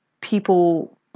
people